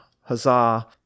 huzzah